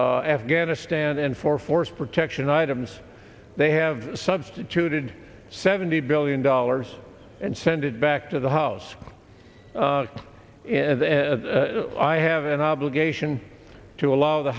afghanistan and for force protection items they have substituted seventy billion dollars and send it back to the house and i have an obligation to allow the